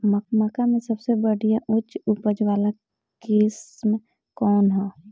मक्का में सबसे बढ़िया उच्च उपज वाला किस्म कौन ह?